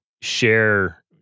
share